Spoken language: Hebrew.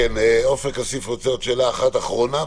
עופר כסיף רוצה עוד שאלה אחת אחרונה,